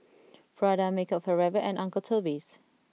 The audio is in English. Prada Makeup Forever and Uncle Toby's